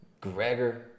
Gregor